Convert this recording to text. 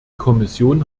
kommission